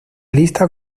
lista